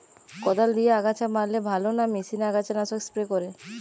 কদাল দিয়ে আগাছা মারলে ভালো না মেশিনে আগাছা নাশক স্প্রে করে?